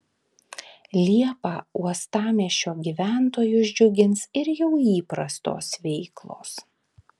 liepą uostamiesčio gyventojus džiugins ir jau įprastos veiklos